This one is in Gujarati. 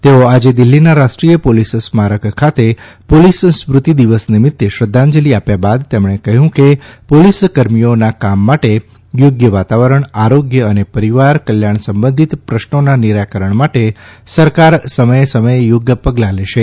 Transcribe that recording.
તેઓ આજે દિલ્હીના રાષ્ટ્રીય પોલીસ સ્મારક ખાતે પોલીસ સ્મૃતિ દિવસ નિમિત્તે શ્રદ્વાંજલિ આપ્યા બાદ તેમણે કહ્યું કે પોલીસ કર્મીઓના કામ માટે યોગ્ય વાતાવરણ આરોગ્ય અને પરિવાર કલ્યાણ સંબંધિત પ્રશ્નોના નિરાકરણ માટે સરકાર સમયે સમયે યોગ્ય પગલાં લેશે